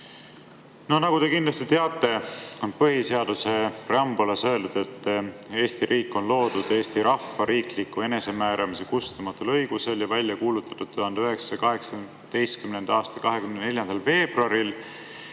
Nagu te kindlasti teate, põhiseaduse preambulis on öeldud, et Eesti riik on loodud Eesti rahva riikliku enesemääramise kustumatul õigusel ja välja kuulutatud 1918. aasta 24. veebruaril